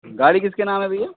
गाड़ी किसके नाम है भैया